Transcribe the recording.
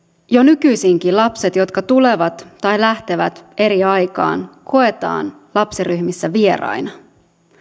jo nykyisinkin ne lapset jotka tulevat tai lähtevät eri aikaan koetaan lapsiryhmissä vieraina